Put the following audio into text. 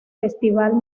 festival